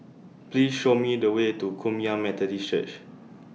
Please Show Me The Way to Kum Yan Methodist Church